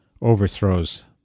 overthrows